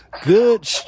good